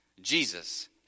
Jesus